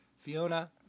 Fiona